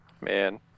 man